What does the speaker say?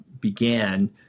began